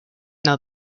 know